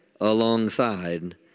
alongside